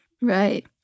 Right